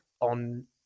on